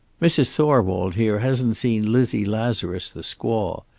mrs. thorwald here hasn't seen lizzie lazarus, the squaw.